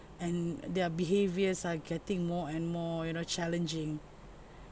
and their behaviors are getting more and more you know challenging